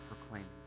proclaiming